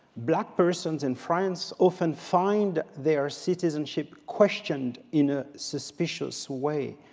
black persons in france often find their citizenship questioned in a suspicious way.